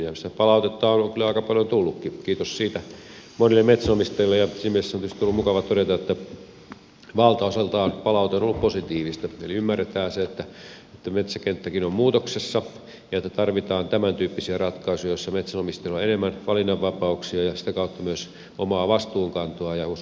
sitä palautetta on kyllä aika paljon tullutkin kiitos siitä monille metsänomistajille ja siinä mielessä on tietysti ollut mukava todeta että valtaosaltaan palaute on ollut positiivista eli ymmärretään se että metsäkenttäkin on muutoksessa ja että tarvitaan tämän tyyppisiä ratkaisuja joissa metsänomistajilla on enemmän valinnanvapauksia ja sitä kautta myös omaa vastuunkantoa